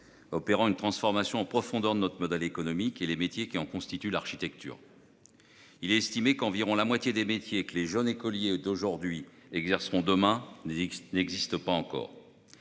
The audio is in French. opérant une transformation en profondeur de notre modèle économique et des métiers qui en constituent l'architecture. Il est estimé qu'environ la moitié des métiers que les jeunes écoliers d'aujourd'hui exerceront demain n'existent pas encore.